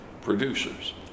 producers